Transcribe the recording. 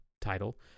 title